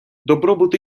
добробут